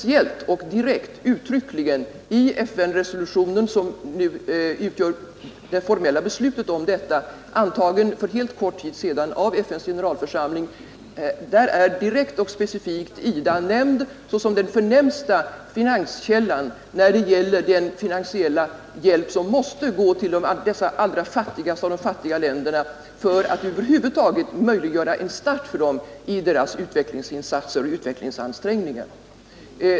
I FN-resolutionen, som nu utgör det formella beslutet härom och som är antagen för helt kort tid sedan i FN:s generalförsamling, är direkt och specifikt IDA nämnd såsom den förnämsta finanskällan när det gäller den finansiella hjälp som måste gå till dessa allra fattigaste av de fattiga länderna för att över huvud taget möjliggöra en start för dem i deras utvecklingsinsatser och utvecklingsansträngningar.